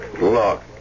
Look